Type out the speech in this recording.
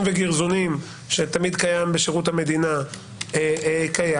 וגרזונים שתמיד קיים בשירות המדינה קיים,